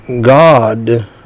God